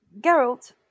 Geralt